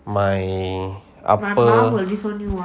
my upper